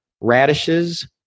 radishes